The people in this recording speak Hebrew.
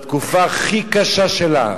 בתקופה הכי קשה שלה,